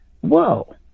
whoa